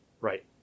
right